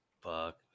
Fuck